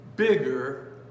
bigger